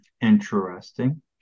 Interesting